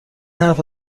حرف